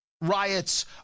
riots